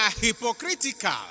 hypocritical